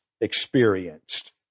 experienced